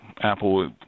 Apple